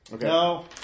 No